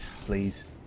please